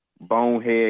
bonehead